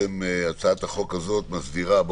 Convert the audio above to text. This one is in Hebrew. הצעת החוק הזאת מסדירה הסדרים